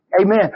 Amen